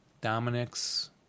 Dominic's